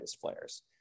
flares